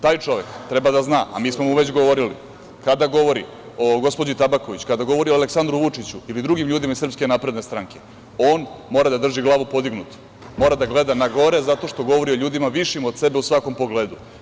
Taj čovek treba da zna, a mi smo mu već govorili, kada govori o gospođi Tabaković, kada govori o Aleksandru Vučiću ili drugim ljudima iz SNS, on mora da drži glavu podignutu, mora da gleda na gore zato što govori o ljudima višim od sebe u svakom pogledu.